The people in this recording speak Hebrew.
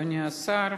אדוני השר,